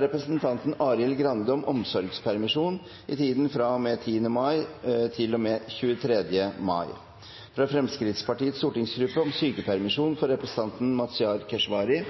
representanten Arild Grande om omsorgspermisjon i tiden fra og med 10. mai til og med 23. mai fra Fremskrittspartiets stortingsgruppe om sykepermisjon for representanten Mazyar Keshvari